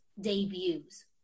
debuts